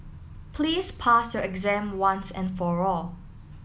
please pass your exam once and for all